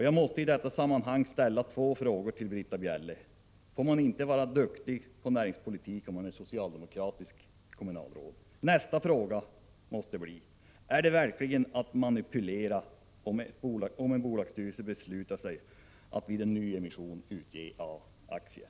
Jag måste i detta sammanhang ställa två frågor till Britta Bjelle. Min första fråga är: Får man inte vara duktig på näringspolitik om man är socialdemokratiskt kommunalråd? Nästa fråga måste bli: Är det verkligen att manipulera om en bolagsstyrelse beslutar att vid en nyemission utge A-aktier?